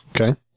Okay